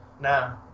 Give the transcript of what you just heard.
No